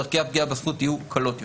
דרכי הפגיעה בזכות יהיו קלות יותר.